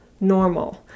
normal